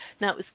Now